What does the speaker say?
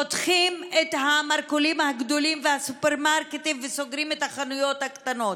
פותחים את המרכולים הגדולים והסופרמרקטים וסוגרים את החנויות הקטנות,